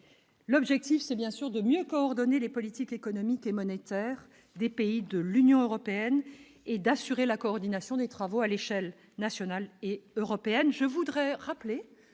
L'objectif c'est bien sûr de mieux coordonner les politiques économiques et monétaires des pays de l'Union européenne et d'assurer la coordination des travaux à l'échelle nationale et européenne,